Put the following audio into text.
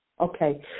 Okay